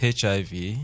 HIV